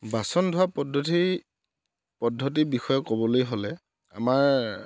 বাচন ধোৱা পদ্দথি পদ্ধতি বিষয়ে ক'বলৈ হ'লে আমাৰ